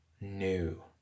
new